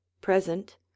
present